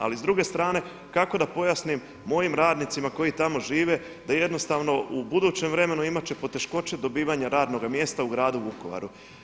Ali s druge strane kako da pojasnim mojim radnicima koji tamo žive da jednostavno u budućem vremenu imat će poteškoće dobivanja radnoga mjesta u Gradu Vukovaru.